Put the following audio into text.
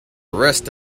rest